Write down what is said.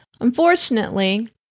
Unfortunately